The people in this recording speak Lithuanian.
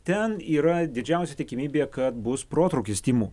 ten yra didžiausia tikimybė kad bus protrūkis tymų